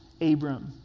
Abram